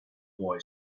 boy